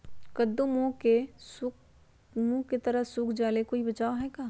कददु सब के मुँह के तरह से सुख जाले कोई बचाव है का?